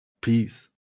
Peace